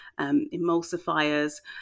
emulsifiers